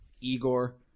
Igor